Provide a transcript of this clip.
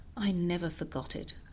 i never forgot it.